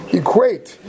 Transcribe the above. equate